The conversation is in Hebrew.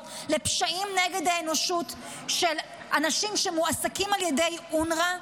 לפשעים נגד האנושות של אנשים שמועסקים על ידי אונר"א,